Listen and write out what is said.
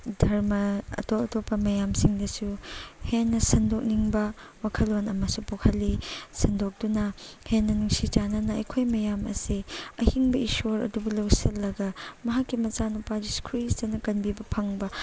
ꯙꯔꯃ ꯑꯇꯣꯞ ꯑꯇꯣꯞꯄ ꯃꯌꯥꯝꯁꯤꯡꯗꯁꯨ ꯍꯦꯟꯅ ꯁꯟꯗꯣꯛꯅꯤꯡꯕ ꯋꯥꯈꯜꯂꯣꯟ ꯑꯃꯁꯨ ꯄꯣꯛꯍꯜꯂꯤ ꯁꯟꯗꯣꯛꯇꯨꯅ ꯍꯦꯟꯅ ꯅꯨꯡꯁꯤ ꯆꯥꯟꯅꯅ ꯑꯩꯈꯣꯏ ꯃꯌꯥꯝ ꯑꯁꯤ ꯑꯍꯤꯡꯕ ꯏꯁꯣꯔ ꯑꯗꯨꯕꯨ ꯂꯧꯁꯤꯜꯂꯒ ꯃꯍꯥꯛꯀꯤ ꯃꯆꯥꯅꯨꯄꯥ ꯖꯤꯁꯨ ꯈ꯭ꯔꯤꯁꯇꯅ ꯀꯟꯕꯤꯕ ꯐꯪꯕ